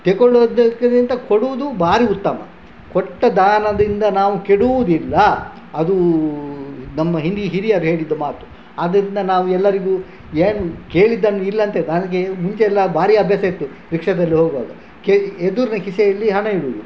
ತಗೊಳೋದಕ್ಕಿಂತ ಕೊಡುವುದು ಭಾರಿ ಉತ್ತಮ ಕೊಟ್ಟ ದಾನದಿಂದ ನಾವು ಕೆಡುವುದಿಲ್ಲ ಅದು ನಮ್ಮ ಹಿಂದಿ ಹಿರಿಯರು ಹೇಳಿದ ಮಾತು ಆದ್ದರಿಂದ ನಾವು ಎಲ್ಲರಿಗೂ ಏನು ಕೇಳಿದ್ದನ್ನು ಇಲ್ಲ ಅಂತ ನನಗೆ ಮುಂಚೆ ಎಲ್ಲ ಭಾರೀ ಅಭ್ಯಾಸ ಇತ್ತು ರಿಕ್ಷಾದಲ್ಲಿ ಹೋಗುವಾಗ ಎದುರಿನ ಕಿಸೆಯಲ್ಲಿ ಹಣ ಇಡುವುದು